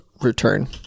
Return